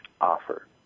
offer